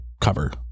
cover